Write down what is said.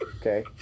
okay